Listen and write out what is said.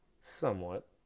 Somewhat